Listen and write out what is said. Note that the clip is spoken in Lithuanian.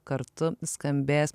kartu skambės